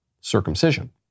circumcision